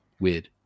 Weird